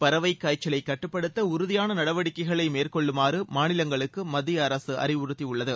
பறவை காய்ச்சலை கட்டுப்படுத்த உறுதியான நடவடிக்கைகளை மேற்கொள்ளுமாறு மாநிலங்களுக்கு மத்திய அரசு அறிவுறுத்தியுள்ளது